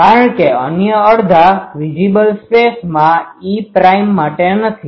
કારણ કે અન્ય અડધા વિઝીબલ સ્પેસમાં e પ્રાઈમ માટે નથી